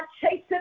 chasing